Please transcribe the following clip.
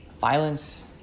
violence